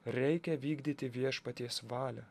reikia vykdyti viešpaties valią